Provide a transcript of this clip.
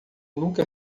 nunca